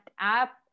up